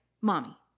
mommy